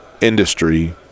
industry